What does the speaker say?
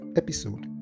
episode